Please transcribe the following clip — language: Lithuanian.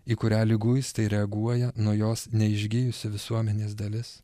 į kurią liguistai reaguoja nuo jos neišgijusi visuomenės dalis